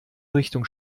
richtung